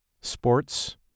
Sports